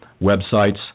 websites